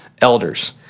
elders